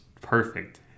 perfect